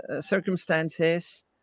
circumstances